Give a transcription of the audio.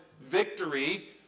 victory